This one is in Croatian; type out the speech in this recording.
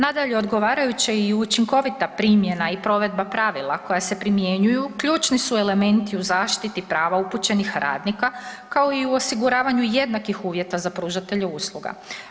Nadalje, odgovarajuće i učinkovita primjena i provedba pravila koja se primjenjuju ključni su elementi u zaštiti prava upućenih radnika, kao i u osiguravanju jednakih uvjeta za pružatelje usluga.